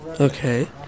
Okay